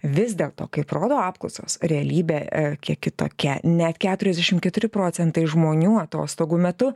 vis dėl to kaip rodo apklausos realybė kiek kitokia net keturiasdešimt keturi procentai žmonių atostogų metu